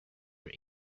were